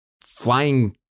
Flying